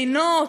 מדינות,